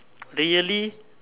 really